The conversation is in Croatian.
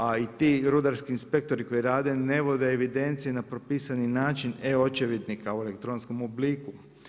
A i ti rudarski inspektori koji rade ne vode evidencije na propisani način e očevidnika u elektronskom obliku.